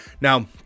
Now